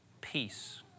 peace